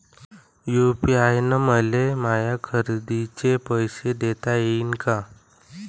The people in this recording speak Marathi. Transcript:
यू.पी.आय न मले माया खरेदीचे पैसे देता येईन का?